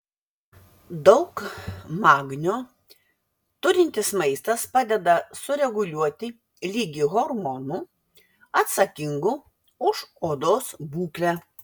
daug magnio turintis maistas padeda sureguliuoti lygį hormonų atsakingų už odos būklę